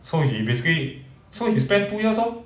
so he basically so he spent two years lor